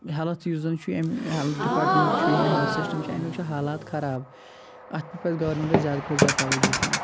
health یُس زَن چھُ اَمہِ ہیٚلٕتھ ڈِپارٹمیٚنٛٹ چھُ یا ہیٚلٕتھ سِسٹَم چھُ أمِکۍ چھِ حالات خراب اَتھ پٮ۪ٹھ پَزِ گورمِنٹَس زیادٕ کھۄتہٕ زیادٕ توجہ دیٛن